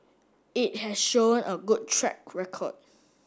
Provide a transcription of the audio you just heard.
it has shown a good track record